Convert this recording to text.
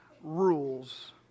rules